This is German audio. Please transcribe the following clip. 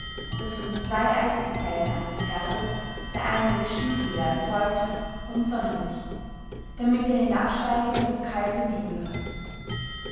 daß von zwei eidgesellen eines herdes der eine geschieden werden sollte vom sonnenlicht damit er hinabsteige in das kalte